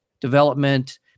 development